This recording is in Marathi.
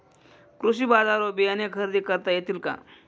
कृषी बाजारवर बियाणे खरेदी करता येतील का?